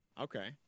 Okay